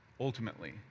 ultimately